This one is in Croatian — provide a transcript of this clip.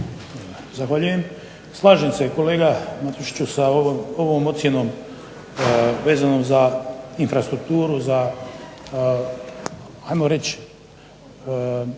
Zahvaljujem, slažem se kolega Matešiću sa ovom ocjenom veznom za infrastrukturu, za ajmo reći